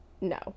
no